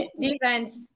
defense